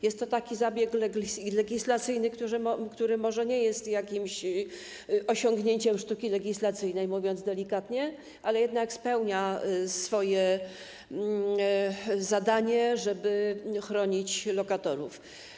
Jest to zabieg legislacyjny, który może nie jest jakimś osiągnięciem sztuki legislacyjnej, mówiąc delikatnie, ale jednak spełnia swoje zadanie, czyli chroni lokatorów.